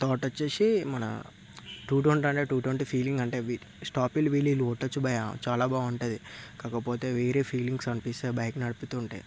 thought వచ్చేసి మన two twenty అంటే టూ ట్వంటీ ఫీలింగ్ అంటే అది స్టాఫ్ అండ్ విలీలు కొట్టొచ్చు భయ్యా చాలా బాగుంటది కాకపోతే వేరే ఫీలింగ్స్ అనిపిస్తాయి బైక్ నడుపుతుంటే